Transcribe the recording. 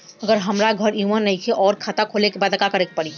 अगर हमार घर इहवा नईखे आउर खाता खोले के बा त का करे के पड़ी?